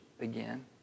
again